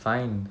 fine